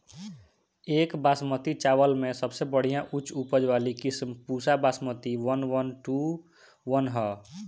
एक बासमती चावल में सबसे बढ़िया उच्च उपज वाली किस्म Pusa Basmati one one two one ह?